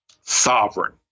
sovereign